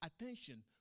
attention